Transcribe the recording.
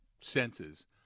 senses